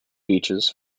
beaches